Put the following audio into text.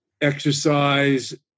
exercise